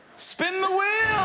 spin the wheel!